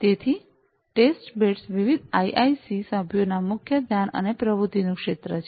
તેથી ટેસ્ટબેડ્સ વિવિધ આઇઆઇસી સભ્યોના મુખ્ય ધ્યાન અને પ્રવૃત્તિનું ક્ષેત્ર છે